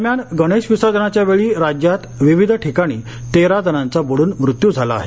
दरम्यान गणेशविसर्जनाच्या वेळी राज्यात विविध ठिकाणी तेरा जणांचा बुडून मृत्यू झाला आहे